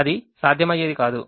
అది సాధ్యమయ్యేది కాదు